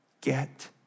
get